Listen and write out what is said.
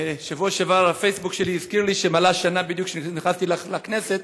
בשבוע שעבר הפייסבוק שלי הזכיר לי שמלאה שנה בדיוק מאז שנכנסתי לכנסת,